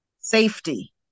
Safety